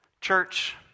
Church